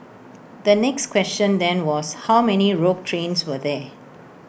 the next question then was how many rogue trains were there